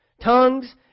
Tongues